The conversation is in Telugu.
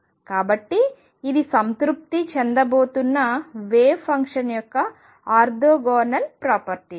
కాబట్టి ఇది సంతృప్తి చెందబోతున్న వేవ్ ఫంక్షన్ యొక్క ఆర్తోగోనల్ ప్రాపర్టీ